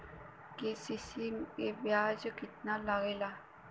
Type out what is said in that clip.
KCC में ब्याज कितना लागेला?